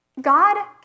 God